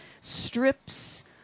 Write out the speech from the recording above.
strips